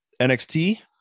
NXT